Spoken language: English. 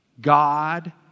God